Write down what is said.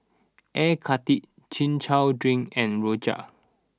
Air Karthira Chin Chow Drink and Rojak